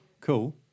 Cool